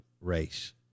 race